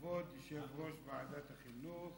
כבוד יושב-ראש ועדת החינוך